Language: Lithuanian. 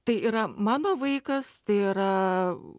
tai yra mano vaikas tai yra